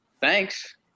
thanks